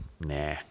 Nah